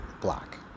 black